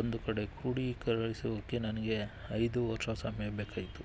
ಒಂದು ಕಡೆ ಕ್ರೋಢೀಕರಿಸಲಿಕ್ಕೆ ನನಗೆ ಐದು ವರ್ಷ ಸಮಯ ಬೇಕಾಯಿತು